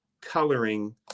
coloring